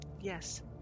Yes